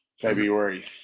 February